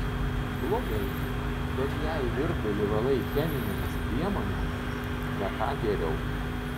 blogai bet jei virdulį valai cheminėmis priemonėmis ne ką geriau